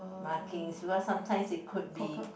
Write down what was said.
marking because sometimes it could be